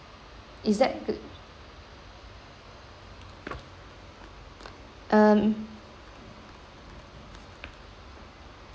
is that um